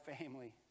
family